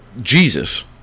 Jesus